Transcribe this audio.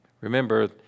Remember